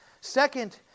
Second